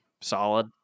solid